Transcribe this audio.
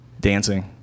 Dancing